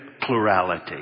plurality